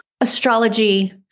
astrology